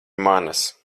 manas